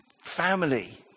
family